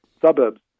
suburbs